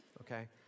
okay